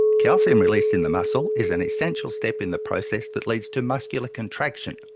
calcium release in the muscle is an essential step in the process that leads to muscular contraction,